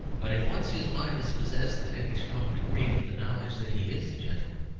but if once his mind is possessed in any strong degree with the knowledge that he is a gentleman,